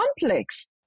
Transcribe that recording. complex